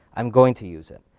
i'm going to use it.